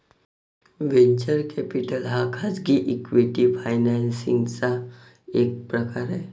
venture capital हा खाजगी equity financing चा एक प्रकार आहे